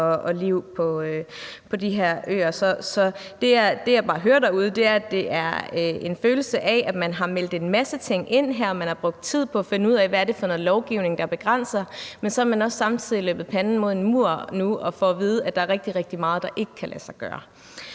og liv på de her øer. Det, jeg bare kan høre derude, er, at der er en følelse af, at man har meldt en masse ting ind her, og at man har brugt tid på at finde ud af, hvad det er for noget lovgivning, der begrænser, men at man så også samtidig er løbet panden mod en mur nu og får at vide, at der er rigtig, rigtig meget, der ikke kan lade sig gøre.